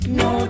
no